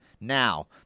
Now